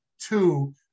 Two